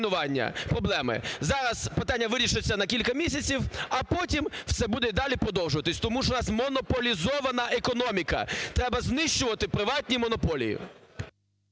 Зараз питання вирішиться на кілька місяців, а потім все буде далі продовжуватися, тому що у нас монополізована економіка. Треба знищувати приватну монополію.